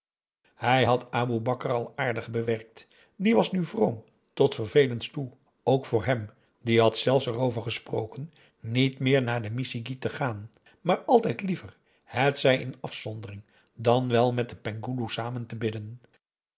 hij had aboe bakar al aardig bewerkt die was nu vroom tot vervelens toe ook voor hem die had zelfs erover gesproken niet meer naar de missigit te gaan maar altijd liever hetzij in afzondering dan wel met den penghoeloe samen te bidden